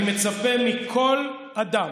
אני מצפה מכל אדם,